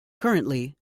currently